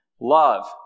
Love